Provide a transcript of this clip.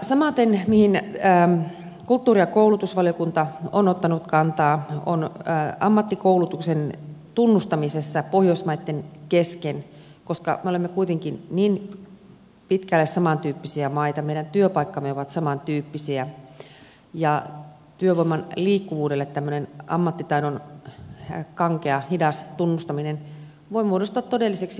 samaten mihin kulttuuri ja koulutusvaliokunta on ottanut kantaa on ammattikoulutuksen tunnustaminen pohjoismaitten kesken koska me olemme kuitenkin niin pitkälle samantyyppisiä maita meidän työpaikkamme ovat samantyyppisiä ja työvoiman liikkuvuudelle tämmöinen ammattitaidon kankea hidas tunnustaminen voi muodostua todelliseksi esteeksi